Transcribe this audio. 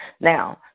Now